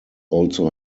also